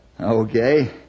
Okay